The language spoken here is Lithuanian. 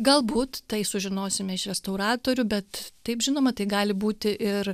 galbūt tai sužinosime iš restauratorių bet taip žinoma tai gali būti ir